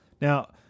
Now